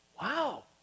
Wow